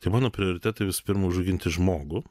tai mano prioritetai visų pirma užauginti žmogų